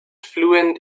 fluent